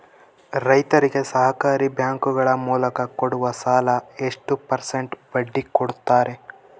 ರೈತರಿಗೆ ಸಹಕಾರಿ ಬ್ಯಾಂಕುಗಳ ಮೂಲಕ ಕೊಡುವ ಸಾಲ ಎಷ್ಟು ಪರ್ಸೆಂಟ್ ಬಡ್ಡಿ ಕೊಡುತ್ತಾರೆ?